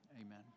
amen